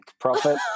profit